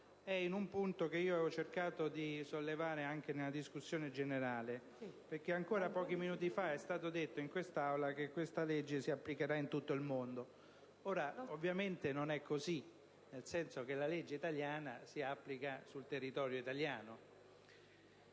è in un punto che avevo cercato di sollevare anche nella discussione generale: ancora pochi minuti fa è stato detto in quest'Aula che questa legge si applicherà in tutto il mondo. Ovviamente non è così, nel senso che la legge italiana si applica sul territorio italiano;